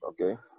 okay